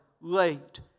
late